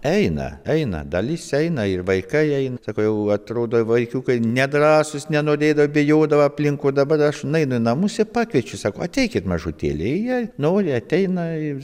eina eina dalis eina ir vaikai eina sako jau atrodo vaikiukai nedrąsūs nenorėdavo bijodavo aplink o dabar aš nueinu į namus ir pakviečiu sako ateikit mažutėliai jie nori ateina ir